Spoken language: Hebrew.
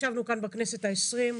ישבנו כאן בכנסת ה-20,